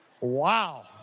Wow